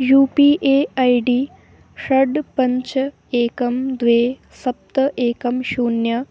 you P A I D षड् पञ्च एकं द्वे सप्त एकं शून्य